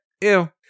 ew